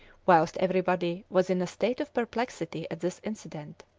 whilst everybody was in a state of perplexity at this incident,